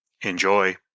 Enjoy